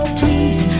please